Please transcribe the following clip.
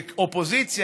כאופוזיציה,